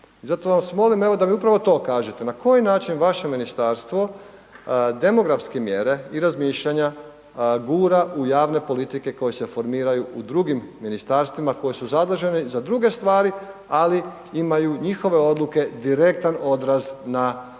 zato vas molim evo da mi upravo to kažete, na koji način vaše ministarstvo demografske mjere i razmišljanja, gura u javne politike koje se formiraju u drugim ministarstvima koje su zadužene i za druge ali imaju njihove odluke direktan odraz na obitelji,